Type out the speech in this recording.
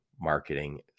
marketing